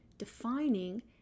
defining